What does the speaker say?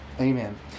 Amen